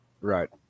right